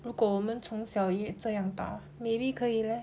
如果我们从小也这样打 maybe 可以 leh